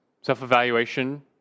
Self-evaluation